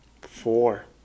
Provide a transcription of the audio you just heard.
four